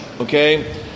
okay